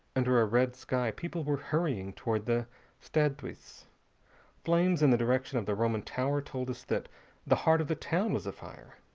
under a red sky people were hurrying toward the stadthuis. flames in the direction of the roman tower told us that the heart of the town was afire.